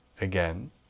Again